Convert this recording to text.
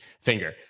finger